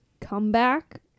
comeback